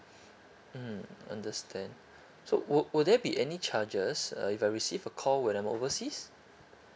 mm understand so will will there be any charges uh if I receive a call when I'm overseas